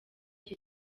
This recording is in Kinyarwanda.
iki